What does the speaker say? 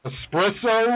Espresso